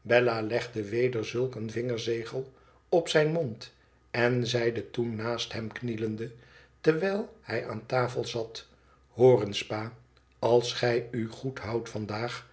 bella legde weder zulk een vinger zegel op zijn mond en zeide toen naast hem knielende terwijl hij aan tafel zat ihoor eens pa als gij u goed houdt vandaag